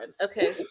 Okay